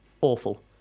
awful